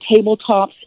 tabletops